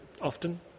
Often